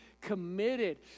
committed